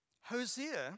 Hosea